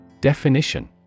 Definition